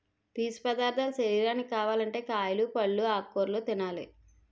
పీసు పదార్ధాలు శరీరానికి కావాలంటే కాయలు, పల్లు, ఆకుకూరలు తినాలి